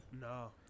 No